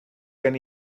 gen